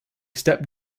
stepped